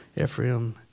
Ephraim